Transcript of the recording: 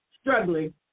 struggling